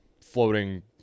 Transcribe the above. floating